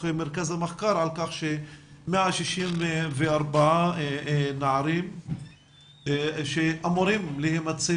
מרכז המחקר על כך ש-164 נערים שאמורים להימצא